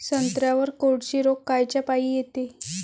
संत्र्यावर कोळशी रोग कायच्यापाई येते?